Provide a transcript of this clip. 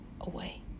away